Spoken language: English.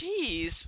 jeez